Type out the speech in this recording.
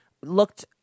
looked